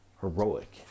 heroic